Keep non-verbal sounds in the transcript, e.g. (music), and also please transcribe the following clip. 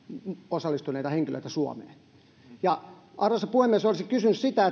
osallistuneita henkilöitä suomeen arvoisa puhemies olisin kysynyt sitä (unintelligible)